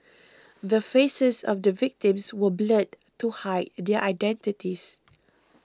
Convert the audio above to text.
the faces of the victims were blurred to hide their identities